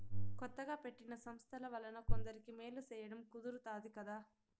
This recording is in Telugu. కొత్తగా పెట్టిన సంస్థల వలన కొందరికి మేలు సేయడం కుదురుతాది కదా